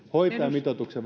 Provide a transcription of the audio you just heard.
hoitajamitoituksen